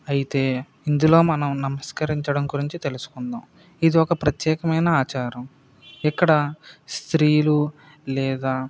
అయితే ఇందులో మనం నమస్కరించడం గురించి తెలుసుకుందాం ఇది ఒక ప్రత్యేకమైన ఆచారం ఇక్కడ స్త్రీలు లేదా